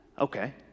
Okay